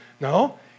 No